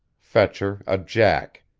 fetcher a jack,